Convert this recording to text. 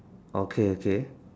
okay okay